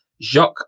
Jacques